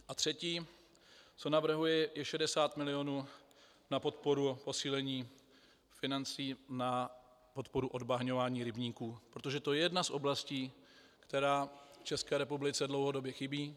A třetí, co navrhuji, je 60 mil. na podporu a posílení financí na podporu odbahňování rybníků, protože to je jedna z oblastí, která v České republice dlouhodobě chybí.